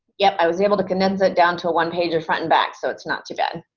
yep, i was able to condense it down to a one-page of front and back, so it's not too bad.